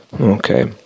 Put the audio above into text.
Okay